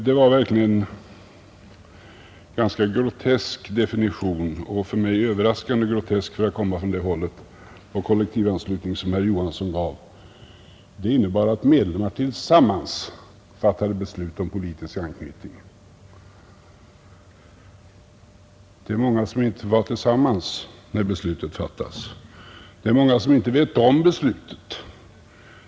Det var verkligen en ganska grotesk definition — för mig överraskande grotesk för att komma från det hållet — av kollektivanslutningen som herr Johansson i Trollhättan gav. Det innebar att medlemmarna tillsammans fattade beslut om politisk anknytning. Det är många som inte var tillsammans när beslutet fattades. Det är många som inte vet om beslutet.